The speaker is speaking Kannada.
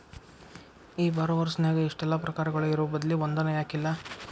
ಈ ಬಾರೊವರ್ಸ್ ನ್ಯಾಗ ಇಷ್ಟೆಲಾ ಪ್ರಕಾರಗಳು ಇರೊಬದ್ಲಿ ಒಂದನ ಯಾಕಿಲ್ಲಾ?